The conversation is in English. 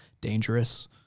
dangerous